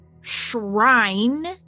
shrine